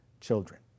children